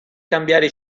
cambiare